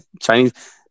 Chinese